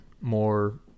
more